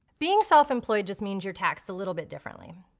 being self employed just means you're taxed a little bit differently.